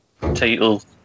titles